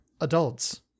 adults